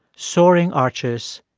soaring arches,